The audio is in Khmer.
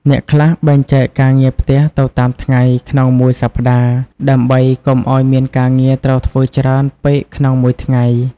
អ្នកខ្លះបែងចែកការងារផ្ទះទៅតាមថ្ងៃក្នុងមួយសប្ដាហ៍ ដើម្បីកុំឱ្យមានការងារត្រូវធ្វើច្រើនពេកក្នុងមួយថ្ងៃ។